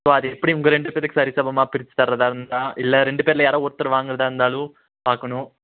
so அது எப்படி உங்கள் ரெண்டு பேர்த்துக்கு சரிசமமாக பிரிச்சு தர்றதாக இருந்தால் இல்லை ரெண்டு பேரில் யாராக ஒருத்தர் வாங்குறதாக இருந்தாலும் பார்க்கணும்